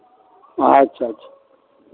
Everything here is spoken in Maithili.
अच्छा अच्छा